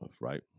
Right